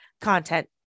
content